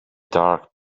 dark